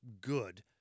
good